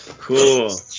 cool